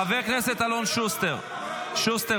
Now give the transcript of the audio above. חבר כנסת אלון שוסטר באולם?